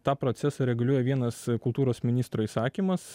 tą procesą reguliuoja vienas kultūros ministro įsakymas